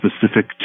specific